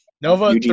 Nova